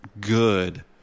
good